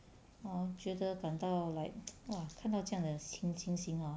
!aww! 觉得感到 like !wah! 看到这样的情情形 hor